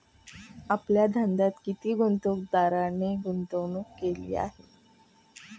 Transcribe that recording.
आपल्या धंद्यात किती गुंतवणूकदारांनी गुंतवणूक केली आहे?